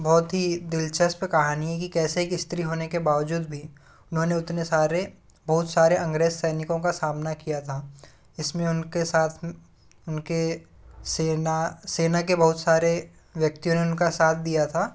बहुत ही दिलचस्प कहानी है कि कैसे एक स्त्री होने के बावजूद भी उन्होंने उतने सारे बहुत सारे अंग्रेज सैनिकों का सामना किया था इसमें उनके साथ उनके सेना सेना के बहुत सारे व्यक्तियों ने उनका साथ दिया था